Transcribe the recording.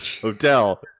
hotel